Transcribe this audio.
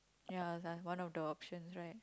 ya one of the options right